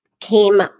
came